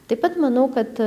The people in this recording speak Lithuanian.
taip pat manau kad